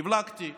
הבלגתי,